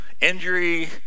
injury